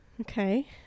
Okay